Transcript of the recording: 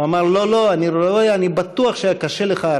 הוא אמר: לא, לא, אני רואה, אני בטוח שהיה קשה לך.